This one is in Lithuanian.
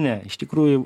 ne iš tikrųjų